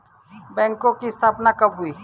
बैंकों की स्थापना कब हुई?